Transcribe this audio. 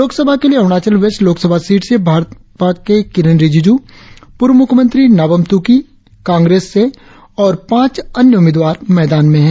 लोक सभा के लिए अरुणाचल वेस्ट लोक सभा सीट से भाजपा के किरेन रिजिजू पूर्व मुख्यमंत्री नाबाम तुकी कांग्रेस से और पांच अन्य उम्मीदवार मैदान में है